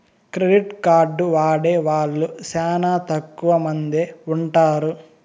credit card వాడే వాళ్ళు శ్యానా తక్కువ మందే ఉంటారు